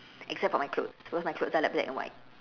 except for my clothes cause my clothes are like black and white